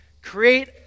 create